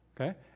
Okay